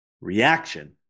Reaction